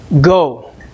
go